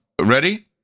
ready